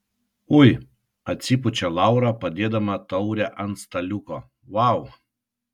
ui atsipučia laura padėdama taurę ant staliuko vau